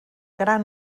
gran